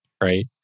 right